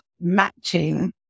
matching